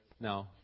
no